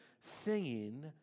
singing